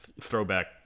Throwback